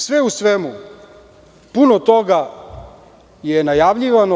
Sve u svemu, puno toga je najavljivano.